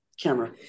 camera